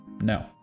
no